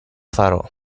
farò